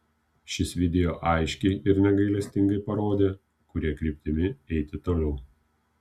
šis video aiškiai ir negailestingai parodė kuria kryptimi eiti toliau